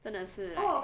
真的是 like